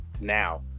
now